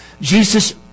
Jesus